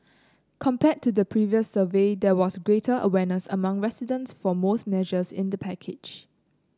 compared to the previous survey there was greater awareness among respondents for most measures in the package